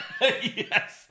Yes